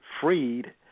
freed